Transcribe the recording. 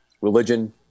religion